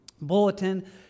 bulletin